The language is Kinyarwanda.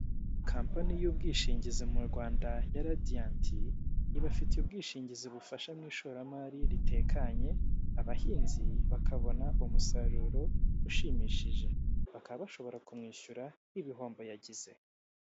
Kampani y'ubwishingizi mu rwanda ya radiyanti ibafitiye ubwishingizi bufasha mu ishoramari ritekanye abahinzi bakabona umusaruro ushimishije bakaba bashobora kumwishyura ibihombo yagize.